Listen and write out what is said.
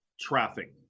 traffic